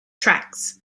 tracts